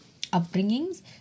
upbringings